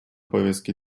повестки